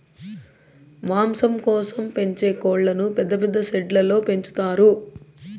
మాంసం కోసం పెంచే కోళ్ళను పెద్ద పెద్ద షెడ్లలో పెంచుతారు